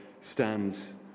stands